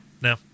No